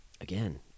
again